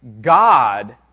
God